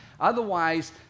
Otherwise